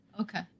Okay